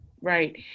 Right